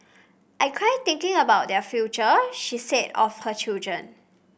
I cry thinking about their future she said of her children